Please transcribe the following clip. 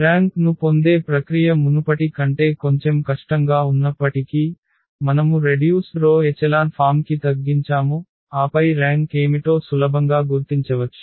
rank ను పొందే ప్రక్రియ మునుపటి కంటే కొంచెం కష్టంగా ఉన్నప్పటికీ మనము రెడ్యూస్డ్ రో ఎచెలాన్ ఫామ్ కి తగ్గించాము ఆపై ర్యాంక్ ఏమిటో సులభంగా గుర్తించవచ్చు